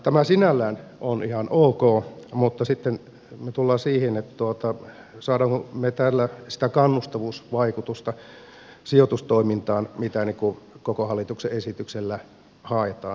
tämä sinällään on ihan ok mutta sitten me tulemme siihen saammeko me tällä sitä kannustavuusvaikutusta sijoitustoimintaan mitä koko hallituksen esityksellä haetaan